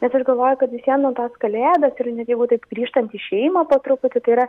bet aš galvoju kad vis vien nu tos kalėdos ir net jeigu taip grįžtant į šeimą po truputį tai yra